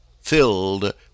filled